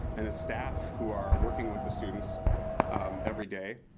and the staff who are working with the students everyday.